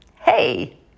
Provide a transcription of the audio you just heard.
Hey